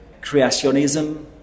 creationism